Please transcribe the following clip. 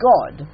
God